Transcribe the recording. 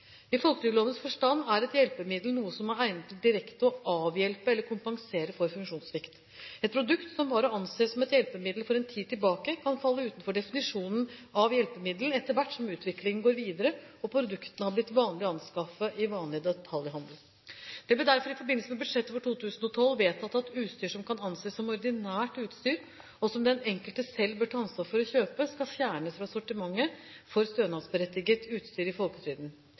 I folketrygdlovens forstand er et hjelpemiddel noe som er egnet til direkte å avhjelpe eller kompensere for en funksjonssvikt. Et produkt som var å anse som et hjelpemiddel for en tid tilbake, kan falle utenfor definisjonen av hjelpemiddel etter hvert som utviklingen går videre og produktene har blitt vanlig å anskaffe i vanlig detaljhandel. Det ble derfor i forbindelse med budsjettet for 2012 vedtatt at utstyr som kan anses som ordinært utstyr, og som den enkelte selv bør ta ansvar for å kjøpe, skal fjernes fra sortimentet for stønadsberettiget utstyr i